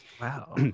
Wow